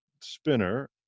Spinner